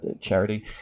charity